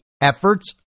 efforts